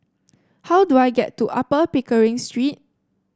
how do I get to Upper Pickering Street